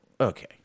okay